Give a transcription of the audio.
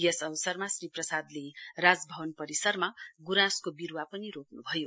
यस अवसरमा श्री प्रसादले राजभवन परिसरमा ग्राँसको विरुवा पनि रोप्नभयो